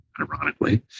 ironically